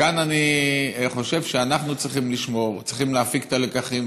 כאן אני חושב שאנחנו צריכים להפיק את הלקחים